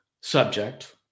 subject